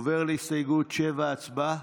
עובר להסתייגות 7, הצבעה.